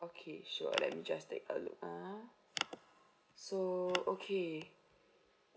okay sure let me just take a look uh so okay